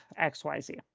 XYZ